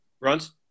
Runs